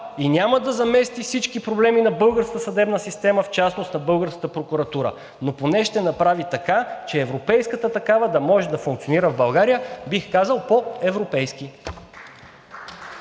и няма да замести всички проблеми на българската съдебна система – в частност на българска прокуратура, но поне ще направи така, че европейската такава да може да функционира в България, бих казал, по-европейски.